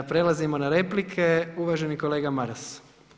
Prelazimo na replike, uvaženi kolega Maras.